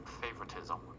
favoritism